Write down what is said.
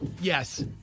Yes